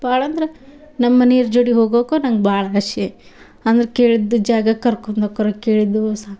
ಭಾಳಂದ್ರೆ ನಮ್ಮ ಮನಿಯವ್ರ್ ಜೋಡಿ ಹೋಗೋಕ್ಕೂ ನಂಗೆ ಭಾಳ ಆಸೆ ಅಂದ್ರೆ ಕೇಳಿದ್ದ ಜಾಗಕ್ಕೆ ಕರ್ಕೊಂಡ್ ಹೊಕ್ಕಾರ ಕೇಳಿದ್ದು ಸಾಕು